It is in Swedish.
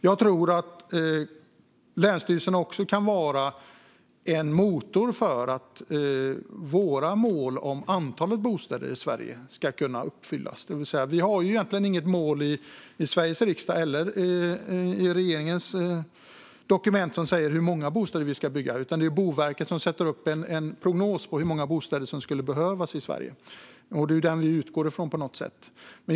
Jag tror att länsstyrelserna också kan vara en motor för att våra mål om antalet bostäder i Sverige ska kunna uppfyllas. Det finns egentligen inget mål i riksdagens eller regeringens dokument som säger hur många bostäder vi ska bygga, utan det är Boverket som tar fram en prognos om hur många bostäder som kommer att behövas i Sverige. Det är ju den vi utgår från.